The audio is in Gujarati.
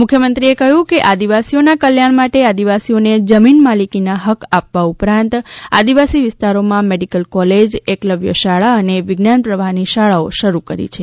મુખ્યમંત્રીશ્રીએ કહ્યું કે આદિવાસીઓના કલ્યાણ માટે આદિવાસીઓને જમીન માલિકીના હક્ક આપવા ઉપરાંત આદિવાસી વિસ્તારમાં મેડીકલ કૉલેજ એકલવ્ય શાળા અને વિજ્ઞાન પ્રવાહની શાળાઓ શરૂ કરી છે